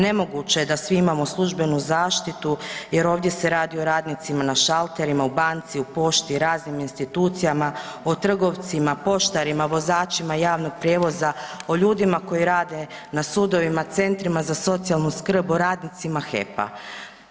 Nemoguće je da svi imamo službenu zaštitu jer ovdje se radi o radnicima na šalterima, u banci, u pošti, raznim institucijama, o trgovcima, poštarima, vozačima javnog prijevoza, o ljudima koji rade na sudovima, centrima za socijalnu skrb, o radnicima HEP-a.